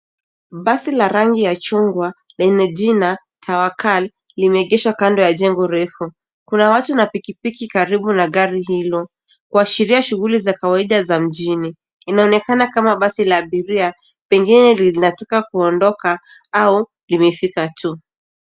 Basi la rangi ya chungwa lenye jina Tawakal limeegeshwa kando ya chengo refu. Kuna watu na pikipiki karibu na gari hilo kuashiria shughuli za kawaida za mjini. Inaonekana kama basi la abiria lingine linataka kuondoka au limefika tu.